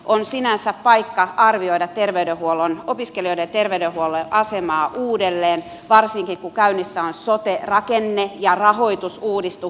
on sinänsä arvioitava opiskelijoiden terveydenhuollon asemaa uudelleen varsinkin kun käynnissä on sote rakenne ja rahoitusuudistus